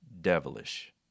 devilish